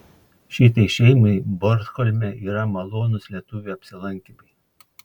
šitai šeimai bornholme yra malonūs lietuvių apsilankymai